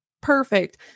perfect